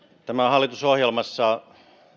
hallitusohjelmassa